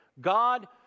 God